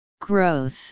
Growth